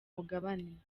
mugabane